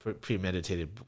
premeditated